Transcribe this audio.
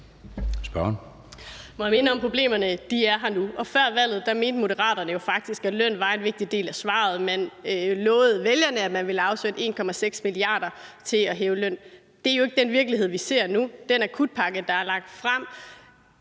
er enige om, at problemerne er der nu, og før valget mente Moderaterne jo faktisk, at løn var en vigtig del af svaret. Man lovede vælgerne, at man ville afsætte 1,6 mia. kr. til at hæve lønnen. Det er jo ikke den virkelighed, vi ser nu. Den akutpakke, der er lagt frem,